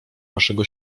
naszego